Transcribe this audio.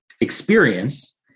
experience